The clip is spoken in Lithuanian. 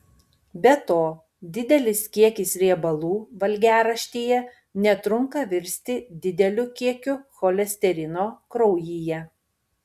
be to didelis kiekis riebalų valgiaraštyje netrunka virsti dideliu kiekiu cholesterino kraujyje